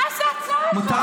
קצת